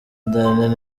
danny